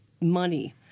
money